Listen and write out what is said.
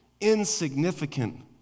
insignificant